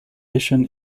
vision